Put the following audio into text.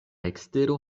ekstero